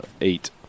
eight